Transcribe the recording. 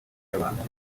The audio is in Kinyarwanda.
y’abantu